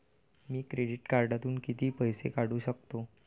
मी credit कार्डातून किती पैसे काढू शकतो?